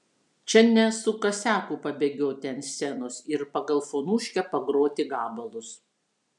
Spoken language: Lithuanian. čia ne su kasiaku pabėgioti ant scenos ir pagal fonuškę pagroti gabalus